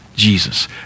Jesus